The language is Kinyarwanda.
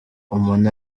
umuntu